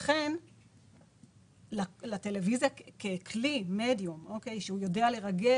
לכן לטלוויזיה ככלי שיודע לרגש